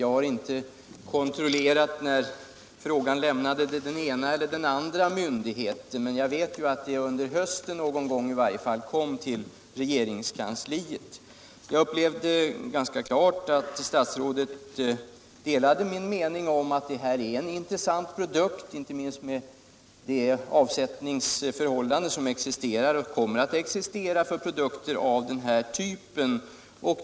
Jag har inte kontrollerat när frågan lämnade den ena eller den andra myndigheten, men jag vet att den i varje fall någon gång under hösten kom till regeringskansliet. Det framgick ganska klart att statsrådet delade min mening om att detta är en intressant produkt, inte minst med de avsättningsförhållanden som existerar och kommer att existera för produkter av den här typen.